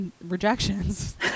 rejections